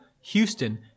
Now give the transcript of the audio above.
Houston